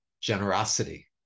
generosity